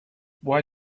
why